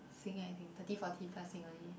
sing i think thirty forty plus sing only